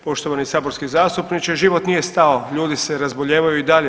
Poštovani saborski zastupniče, život nije stao, ljudi se razbolijevaju i dalje.